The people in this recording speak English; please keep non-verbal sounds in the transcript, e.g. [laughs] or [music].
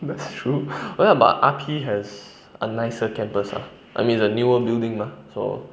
that's [laughs] true oh ya but R_P has a nicer campus ah I mean is a newer building ah so